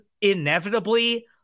inevitably